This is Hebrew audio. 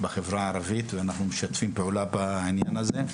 בחברה הערבית ואנחנו משתפים פעולה בעניין הזה,